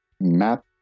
map